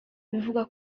bivugwa